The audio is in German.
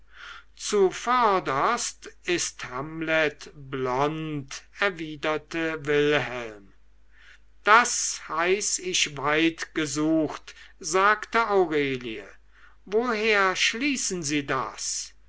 zuvörderst ist hamlet blond erwiderte wilhelm das heiß ich weit gesucht sagte aurelie woher schließen sie das